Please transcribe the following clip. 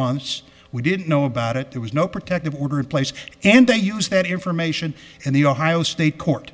months we didn't know about it there was no protective order in place and they use that information and the ohio state court